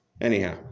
Anyhow